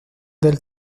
del